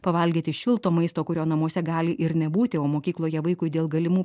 pavalgyti šilto maisto kurio namuose gali ir nebūti o mokykloje vaikui dėl galimų